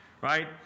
right